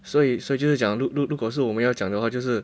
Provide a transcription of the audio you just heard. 所以所以就是讲如如如果是我们要讲的话就是